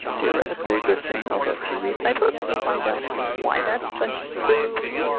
theoretically a good thing although if you read my book you'll find out why that's a bunch of foo,